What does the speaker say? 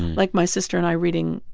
like my sister and i reading,